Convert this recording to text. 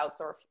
outsource